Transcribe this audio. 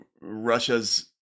russia's